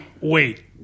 wait